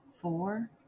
four